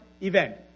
event